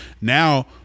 Now